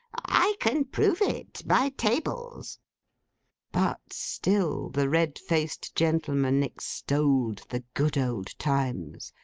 i can prove it, by tables but still the red-faced gentleman extolled the good old times,